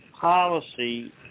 policy